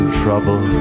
trouble